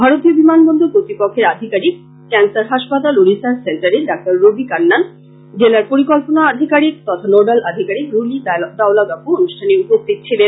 ভারতীয় বিমানবন্দর কর্তৃপক্ষের আধিকারিক ক্যান্সার হাসপাতাল ও রিসার্চ সেন্টারের ডা রবি কান্নান জেলার পরিকল্পনা আধিকারিক তথা নোডাল আধিকারিক রুলি দাওলাগাপু অনুষ্ঠানে উপস্থাইত ছিলেন